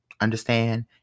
understand